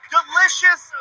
Delicious